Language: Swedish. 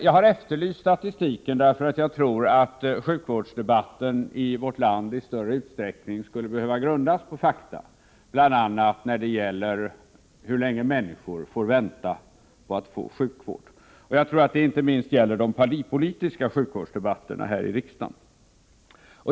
Jag har efterlyst statistiken därför att jag tror att sjukvårdsdebatten i vårt land i större utsträckning skulle behöva grundas på fakta, bl.a. när det gäller hur länge människor får vänta på att få sjukvård. Jag tror att det inte minst gäller de partipolitiska sjukvårdsdebatterna här i riksdagen.